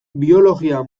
biologia